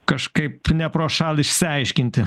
kažkaip neprošal išsiaiškinti